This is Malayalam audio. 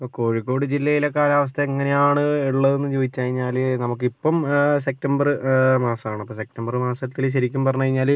ഇപ്പോൾ കോഴിക്കോട് ജില്ലയിലെ കാലാവസ്ഥ എങ്ങനെയാണ് ഉള്ളത് എന്ന് ചോദിച്ചു കഴിഞ്ഞാൽ നമുക്കിപ്പം സെപ്റ്റംബർ മാസമാണ് ഇപ്പോൾ സെപ്റ്റംബർ മാസത്തിൽ ശരിക്കും പറഞ്ഞു കഴിഞ്ഞാൽ